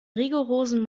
rigorosen